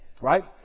right